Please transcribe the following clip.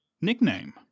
nickname